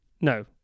No